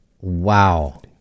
Wow